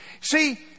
See